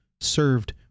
served